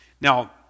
Now